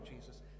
Jesus